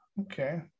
Okay